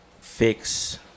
fix